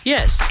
Yes